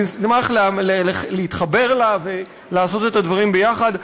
נשמח להתחבר אליה ולעשות את הדברים ביחד.